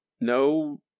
No